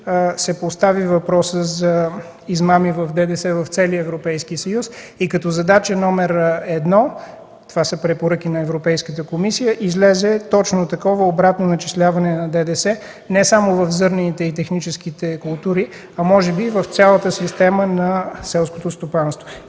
се постави въпроса за измами с ДДС в целия Европейски съюз и като задача № 1 – това се препоръки на Европейската комисия – излезе точно такова обратно начисляване на ДДС не само в зърнените и техническите култури, а може би в цялата система на селското стопанство.